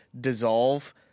dissolve